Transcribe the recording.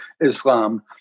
Islam